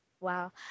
Wow